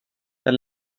jag